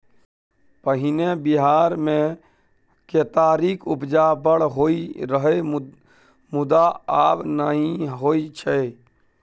पहिने बिहार मे केतारीक उपजा बड़ होइ रहय मुदा आब नहि होइ छै